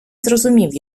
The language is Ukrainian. зрозумів